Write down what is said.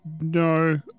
No